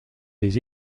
des